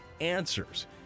answers